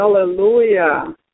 Hallelujah